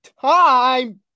time